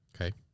Okay